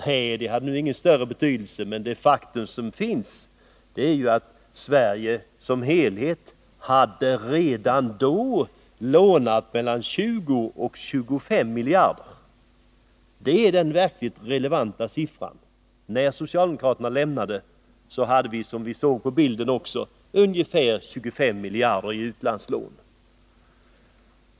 Nej, men det har nu ingen större betydelse, för faktum är ju att Sverige som helhet redan då hade lånat mellan 20 och 25 miljarder. Det är den verkligt relevanta siffran. När socialdemokraterna lämnade regeringen hade vi, som vi såg på bilden, ungefär 25 miljarder i utlandslån.